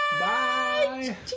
Bye